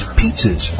pizzas